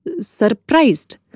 surprised